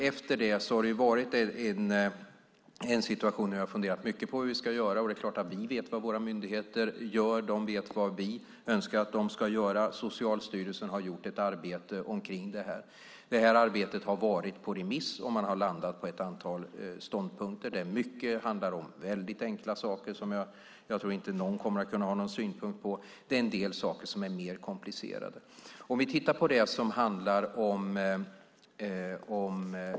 Efter detta har vi varit i en situation där vi har funderat mycket på vad vi ska göra. Det är klart att vi vet vad våra myndigheter gör. De vet vad vi önskar att de ska gör Socialstyrelsen har gjort ett arbete kring detta. Arbetet har varit ute på remiss, och man har landat i ett antal ståndpunkter. Mycket handlar om väldigt enkla saker som jag inte tror att någon kommer att kunna ha någon synpunkt på. Det är dock en del saker som är mer komplicerade.